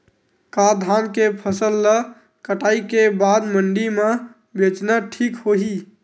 का धान के फसल ल कटाई के बाद मंडी म बेचना ठीक होही?